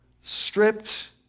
stripped